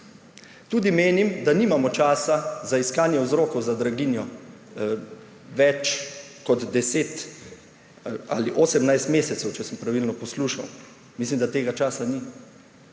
Tudi menim, da nimamo časa za iskanje vzrokov za draginjo več kot 10 ali 18 mesecev, če sem pravilno poslušal. Mislim, da tega časa ni.